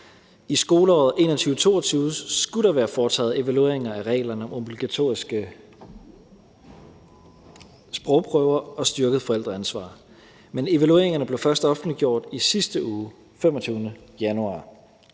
I skoleåret 2021/22 skulle der have været foretaget evaluering af reglerne om obligatoriske sprogprøver og styrket forældreansvar. Men evalueringerne blev først offentliggjort i sidste uge, den 25. januar.